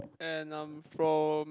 and I'm from